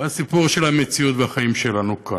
הוא הסיפור של המציאות והחיים שלנו כאן,